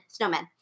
Snowmen